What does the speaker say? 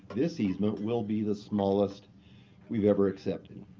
this easement will be the smallest we've ever accepted.